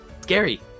scary